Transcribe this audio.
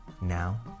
Now